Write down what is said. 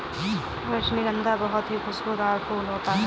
रजनीगंधा बहुत ही खुशबूदार फूल होता है